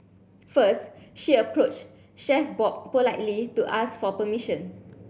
first she approached Chef Bob politely to ask for permission